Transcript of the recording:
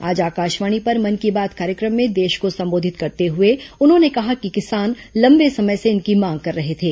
आज आकाशवाणी पर मन की बात कार्यक्रम में देश को संबोधित करते हुए उन्होंने कहा कि किसान लंबे समय से इनकी मांग कर रहे थे